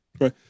Right